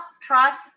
trust